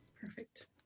Perfect